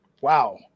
Wow